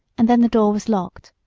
and then the door was locked.